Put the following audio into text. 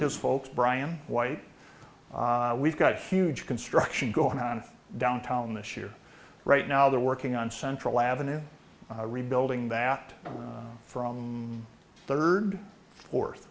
his folks brian white we've got a huge construction going on downtown this year right now they're working on central avenue rebuilding that from third fourth